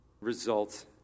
results